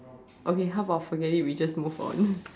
okay how about forget it we just move on